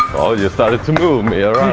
you started to move me around!